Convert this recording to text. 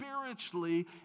spiritually